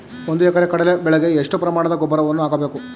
ಒಂದು ಎಕರೆ ಕಡಲೆ ಬೆಳೆಗೆ ಎಷ್ಟು ಪ್ರಮಾಣದ ಗೊಬ್ಬರವನ್ನು ಹಾಕಬೇಕು?